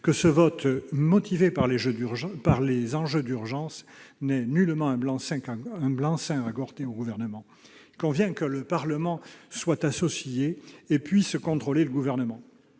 que ce vote, motivé par les enjeux d'urgence, ne constitue nullement un blanc-seing au Gouvernement. Il convient que le Parlement soit associé et puisse contrôler le Gouvernement.